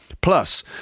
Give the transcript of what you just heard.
Plus